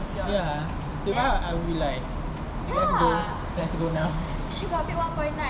ya because I would be like let's go let's go now